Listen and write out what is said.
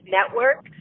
Network